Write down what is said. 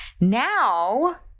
now